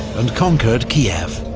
and conquered kiev.